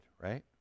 right